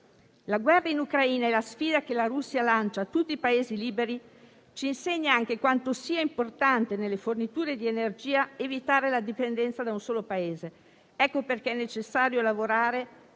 La guerra in Ucraina e la sfida che la Russia lancia a tutti i Paesi liberi ci insegnano anche quanto sia importante nelle forniture di energia evitare la dipendenza da un solo Paese. Ecco perché è necessario lavorare